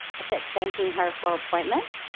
i put thanking her for appointment,